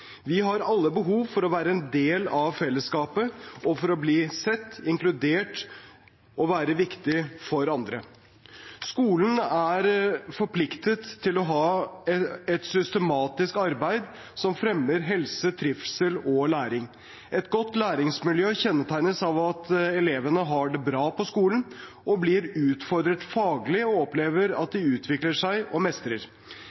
Vi har alle behov for å være en del av fellesskapet og for å bli sett, inkludert og være viktige for andre. Skolen er forpliktet til å ha et systematisk arbeid som fremmer helse, trivsel og læring. Et godt læringsmiljø kjennetegnes av at elevene har det bra på skolen, blir utfordret faglig og opplever at